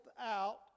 out